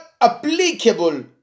applicable